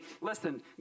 listen